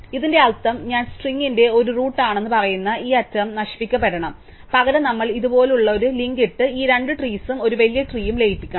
ഇതിന്റെ അർത്ഥം ഞാൻ സ്ട്രിങ്ങിന്റെ ഒരു റൂട്ട് ആണെന്ന് പറയുന്ന ഈ അറ്റം നശിപ്പിക്കപ്പെടണം പകരം നമ്മൾ ഇതുപോലെ ഒരു ലിങ്ക് ഇട്ട് ഈ രണ്ട് ട്രീസും ഒരു വലിയ ട്രീയും ലയിപ്പിക്കണം